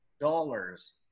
dollars